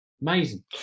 amazing